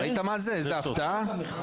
אני בטוח.